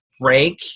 rank